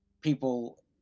people –